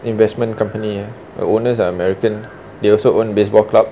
investment company ah the owners are american they also own baseball club